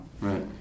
Right